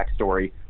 backstory